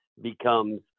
becomes